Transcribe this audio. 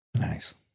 Nice